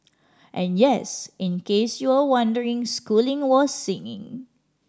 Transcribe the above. and yes in case you were wondering Schooling was singing